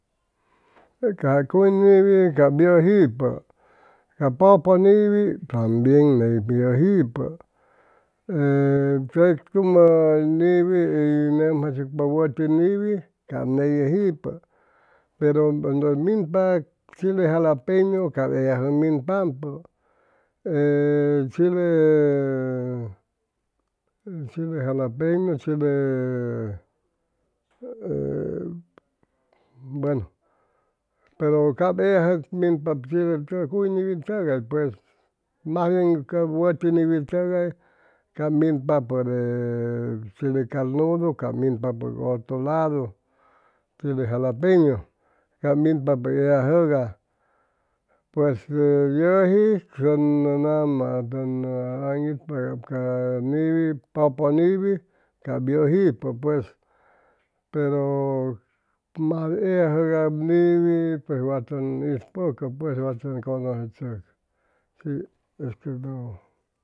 Ca cuy niwi cap yʉjipʉ ca pʉpʉ niwi tambien neypi yʉjipʉ e tec tumʉ niwi hʉy nʉmjayshucpa wʉti niwi cap ney yʉjipʉ pero onde minpa chile jalapeño cap ellajʉg minpampʉ e chile jalapeño chile buenu pero cap ellajʉg minpap chili tʉgay cuy niwi tʉgay pues mas bien ca wʉti niwi tʉgay cap minpapʉ de chile carnudu minpapʉg otro ladu chile jalapeño cap minpa ellajʉga pues yʉji tʉn nama tʉn aŋitpa cap ca niwi pʉpʉ niwi cap yʉjipʉ pues pero mas de ellajʉga niwi pues wa tʉn isp+iucʉ pues wa tʉn conosechʉcʉ si